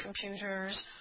computers